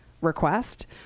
Request